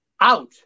Out